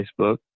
facebook